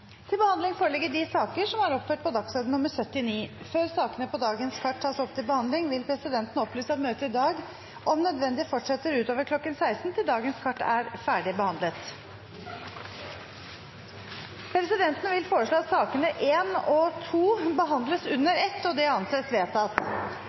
til behandling, vil presidenten opplyse at møtet i dag om nødvendig fortsetter utover kl. 16. Presidenten vil foreslå at sakene nr. 1 og 2 behandles under